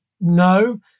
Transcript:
No